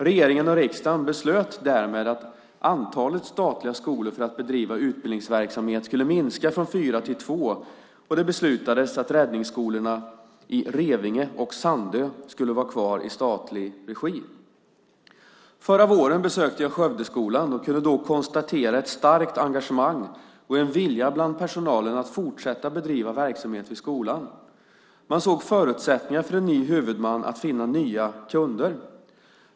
Regeringen och riksdagen beslöt därmed att antalet statliga skolor för att bedriva utbildningsverksamhet skulle minska från fyra till två och det beslutades att räddningsskolorna i Revinge och Sandö skulle vara kvar i statlig regi. Förra våren besökte jag Skövdeskolan och kunde då konstatera ett starkt engagemang och en vilja bland personalen att fortsätta bedriva verksamhet vid skolan. Man såg förutsättningar för en ny huvudman att finna nya kunder.